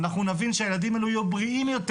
אנחנו נבין שהילדים האלה יהיו בריאים יותר.